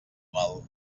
mal